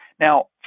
Now